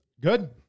Good